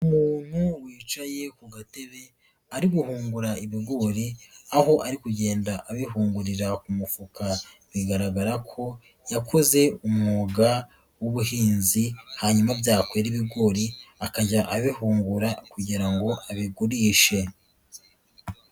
Umuntu wicaye ku gatebe ari guhungura ibigori, aho ari kugenda abihungurira ku umufuka bigaragara ko yakoze umwuga w'ubuhinzi, hanyuma byakwera ibigori akajya abihungura kugira ngo abigurishe.